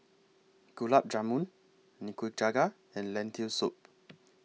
Gulab Jamun Nikujaga and Lentil Soup